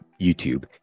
YouTube